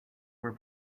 were